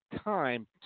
time